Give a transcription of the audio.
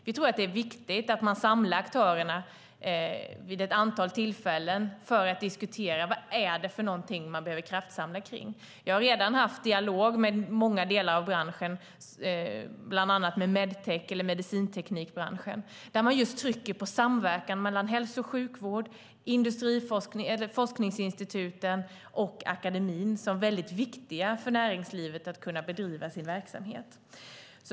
Vi tror att det är viktigt att man samlar aktörerna vid ett antal tillfällen för att diskutera vad man behöver kraftsamla kring. Jag har redan haft dialog med många delar av branschen, bland annat med medicinteknikbranschen, där man just trycker på samverkan mellan hälso och sjukvård, forskningsinstituten och akademin som väldigt viktig för näringslivet att kunna bedriva sin verksamhet.